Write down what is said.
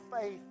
faith